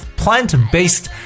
plant-based